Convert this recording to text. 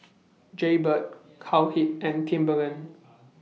Jaybird Cowhead and Timberland